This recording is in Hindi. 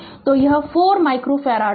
तो यह 4 माइक्रोफ़ारड होगा